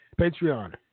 Patreon